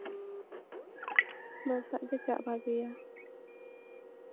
ᱫᱚᱞ ᱥᱟᱞᱟᱜ ᱜᱮ ᱪᱟᱞᱟᱜ ᱵᱷᱟᱹᱜᱤᱭᱟ